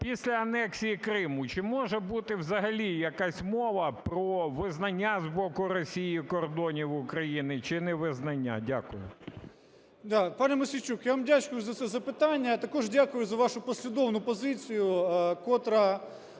після анексії Криму чи може бути взагалі якась мова про визнання з боку Росії кордонів України чи невизнання? Дякую.